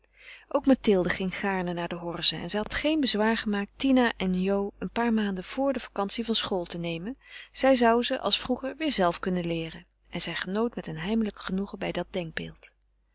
ook mathilde ging gaarne naar de horze en zij had geen bezwaar gemaakt tine en jo een paar maanden vor de vacantie van school te nemen zij zou ze als vroeger weêr zelve kunnen leeren en zij genoot met een heimelijk genoegen bij dat